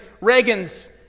Reagan's